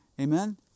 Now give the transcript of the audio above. Amen